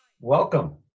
Welcome